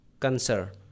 cancer